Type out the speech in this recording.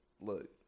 look